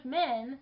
men